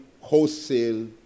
wholesale